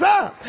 up